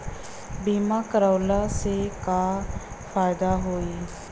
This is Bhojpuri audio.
बीमा करवला से का फायदा होयी?